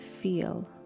feel